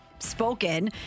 spoken